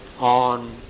on